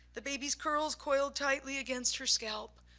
the baby's curls coiled tightly against her scalp,